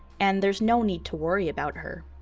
and there's no need to worry about her.